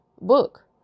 book